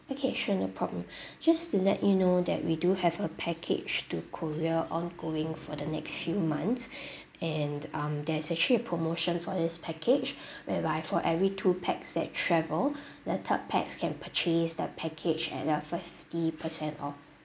okay sure no problem just to let you know that we do have a package to korea ongoing for the next few months and um there's actually a promotion for this package whereby for every two pax that travel the third pax can purchase the package at a thirty percent off